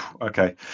Okay